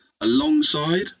alongside